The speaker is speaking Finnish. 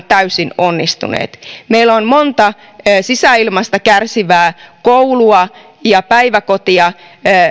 täysin onnistuneet meillä on monta sisäilmasta kärsivää koulua ja päiväkotia